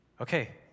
okay